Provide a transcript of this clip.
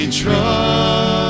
trust